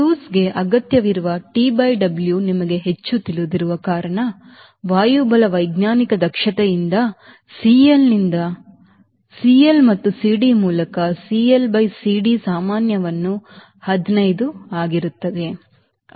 ಕ್ರೂಸ್ಗೆ ಅಗತ್ಯವಿರುವ TWನಿಮಗೆ ಹೆಚ್ಚು ತಿಳಿದಿರುವ ಕಾರಣ ವಾಯುಬಲವೈಜ್ಞಾನಿಕ ದಕ್ಷತೆಯಿಂದ ಸಿಎಲ್ನಿಂದ ಸಿಎಲ್ ಮತ್ತು ಸಿಡಿ ಮೂಲಕ CLCD ಸಾಮಾನ್ಯವಾಗಿ 15 ಆಗಿರುತ್ತದೆ